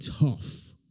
tough